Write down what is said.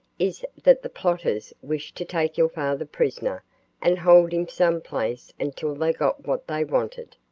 is that the plotters wished to take your father prisoner and hold him some place until they got what they wanted.